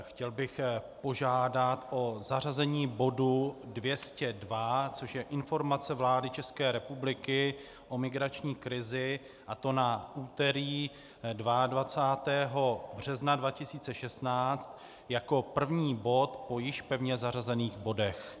Chtěl bych požádat o zařazení bodu 202, což je Informace vlády České republiky o migrační krizi, a to na úterý 22. března 2016 jako první bod po již pevně zařazených bodech.